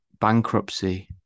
bankruptcy